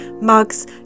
mugs